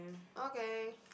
okay